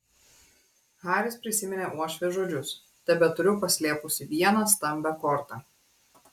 haris prisiminė uošvės žodžius tebeturiu paslėpusi vieną stambią kortą